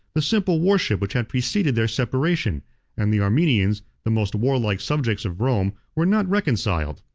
the simple worship which had preceded their separation and the armenians, the most warlike subjects of rome, were not reconciled,